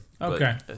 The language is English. Okay